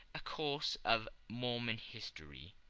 a course of mormon history